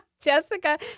Jessica